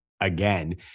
again